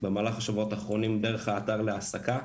במהלך השבועות האחרונים דרך האתר להעסקה,